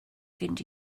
fynd